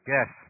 Yes